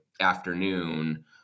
afternoon